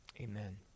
Amen